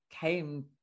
came